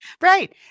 Right